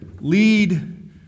lead